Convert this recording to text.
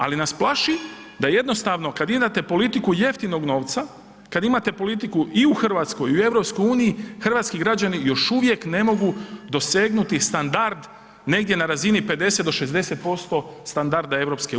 Ali nas plaši da jednostavno kad igrate politiku jeftinog novca, kad imate politiku i u Hrvatskoj i u EU, hrvatski građani još uvijek ne mogu dosegnuti standard negdje na razini 50-60% standarda EU.